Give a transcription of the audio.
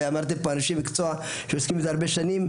ויש אנשי מקצוע שעוסקים בזה הרבה שנים,